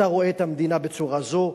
אתה רואה את המדינה בצורה זו,